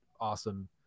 awesome